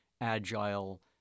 agile